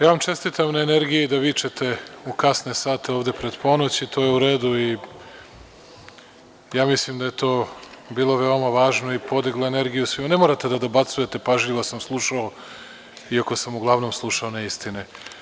Ja vam čestitam na energiji da vičete u kasne sate ovde pred ponoć i to je uredu i ja mislim da je to bilo veoma važno i podigla energiju svima, ne morate da dobacujete, pažljivo sam slušao iako sam uglavnom slušao neistine.